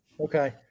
okay